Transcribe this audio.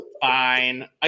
fine